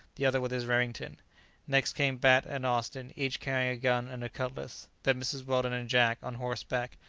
the other with his remington next came bat and austin, each carrying a gun and a cutlass, then mrs. weldon and jack, on horseback,